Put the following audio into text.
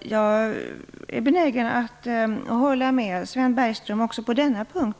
Jag är benägen att hålla med Sven Bergström också på denna punkt.